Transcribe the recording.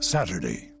Saturday